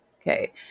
okay